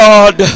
God